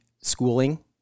schooling